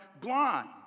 blind